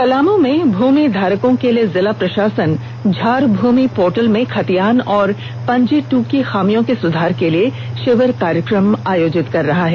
पलामू में भूमि धारकों के लिए जिला प्रषासन झारभूमि पोर्टल में खतियान और पंजी ट्र की खामियों के सुधार के लिए षिविर कार्यक्रम आयोजित कर रहा है